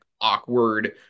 awkward